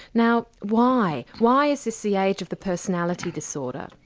now why? why, is this the age of the personality disorder?